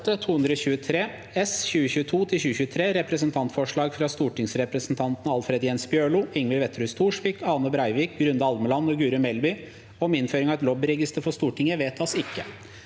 8:223 S (2022–2023) – Representantforslag fra stortingsrepresentantene Alfred Jens Bjørlo, Ingvild Wetrhus Thorsvik, Ane Breivik, Grunde Almeland og Guri Melby om innføring av et lobbyregister for Stortinget – vedtas ikke.